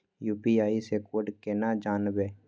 UPI से code केना जानवै?